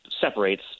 separates